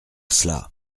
cela